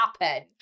happen